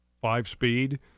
five-speed